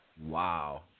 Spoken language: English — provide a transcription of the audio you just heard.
Wow